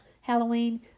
Halloween